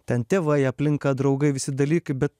ten tėvai aplinka draugai visi dalykai bet